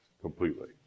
completely